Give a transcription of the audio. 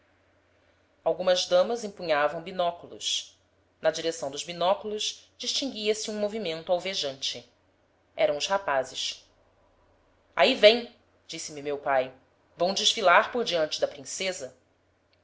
algumas damas empunhavam binóculos na direção dos binóculos distinguia-se um movimento alvejante eram os rapazes aí vêm disse-me meu pai vão desfilar por diante da princesa